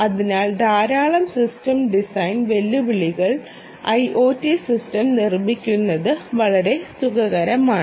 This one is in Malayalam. അതിനാൽ ധാരാളം സിസ്റ്റം ഡിസൈൻ വെല്ലുവിളികൾ ഐഒടി സിസ്റ്റം നിർമ്മിക്കുന്നത് വളരെ സുഖകരമാണ്